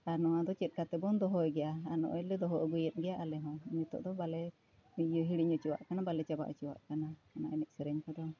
ᱟᱨ ᱱᱚᱣᱟ ᱫᱚ ᱪᱮᱫᱠᱟᱛᱮᱵᱚᱱ ᱫᱚᱦᱚᱭ ᱜᱮᱭᱟ ᱟᱨ ᱱᱚᱜᱼᱚᱭ ᱞᱮ ᱫᱚᱦᱚ ᱟᱹᱜᱩᱭᱮᱫ ᱜᱮᱭᱟ ᱟᱞᱮ ᱦᱚᱸ ᱱᱤᱛᱚᱜ ᱫᱚ ᱵᱟᱞᱮ ᱤᱭᱟᱹ ᱦᱤᱲᱤᱧ ᱚᱪᱚᱣᱟᱜ ᱠᱟᱱᱟ ᱵᱟᱞᱮ ᱪᱟᱵᱟ ᱚᱪᱚᱣᱟᱜ ᱠᱟᱱᱟ ᱚᱱᱟ ᱮᱱᱮᱡ ᱥᱮᱨᱮᱧ ᱠᱚᱫᱚ